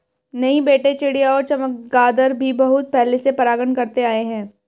नहीं बेटे चिड़िया और चमगादर भी बहुत पहले से परागण करते आए हैं